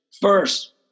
First